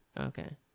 Okay